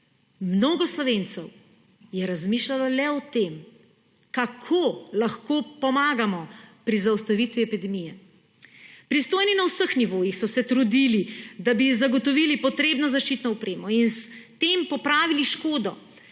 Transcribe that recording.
mnogo Slovencev razmišljalo le o tem, kako lahko pomagamo pri zaustavitvi epidemije. Pristojni na vseh nivojih so se trudili, da bi zagotovili potrebno zaščitno opremo in s tem popravili škodo,